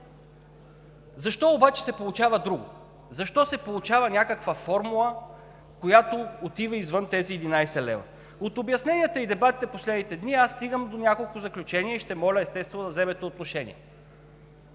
Защо обаче се получава друго? Защо се получава някаква формула, която отива извън тези 11 лв.? От обясненията и дебатите в последните дни аз стигам до няколко заключения и ще моля, естествено, да вземете отношение.